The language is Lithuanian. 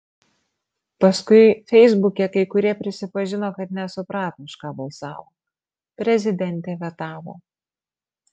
paskui feisbuke kai kurie prisipažino kad nesuprato už ką balsavo prezidentė vetavo